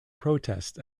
protest